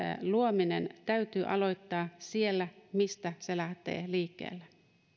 luominen täytyy aloittaa siellä mistä se lähtee liikkeelle